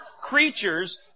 creatures